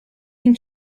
can